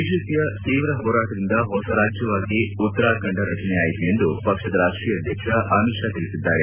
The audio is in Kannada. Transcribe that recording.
ಬಿಜೆಪಿಯ ತೀವ್ರ ಹೋರಾಟದಿಂದ ಹೊಸ ರಾಜ್ಯವಾಗಿ ಉತ್ತರಾಖಂಡದ ರಚನೆಯಾಯಿತು ಎಂದು ಪಕ್ಷದ ರಾಷ್ಷೀಯ ಅಧ್ಯಕ್ಷ ಅಮಿಶ್ ಷಾ ತಿಳಿಸಿದ್ದಾರೆ